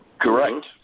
Correct